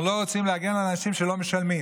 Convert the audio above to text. אנחנו לא רוצים להגן על אנשים שלא משלמים,